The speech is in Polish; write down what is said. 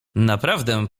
naprawdę